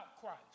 Christ